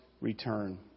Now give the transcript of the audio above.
return